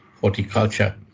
horticulture